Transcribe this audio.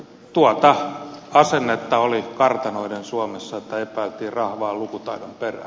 tuota asennetta oli kartanoiden suomessa että epäiltiin rahvaan lukutaidon perään